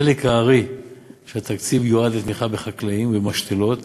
חלק הארי של התקציב יועד לתמיכה בחקלאים ובמשתלות